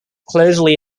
closely